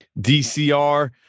DCR